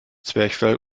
zwerchfell